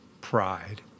pride